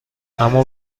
اما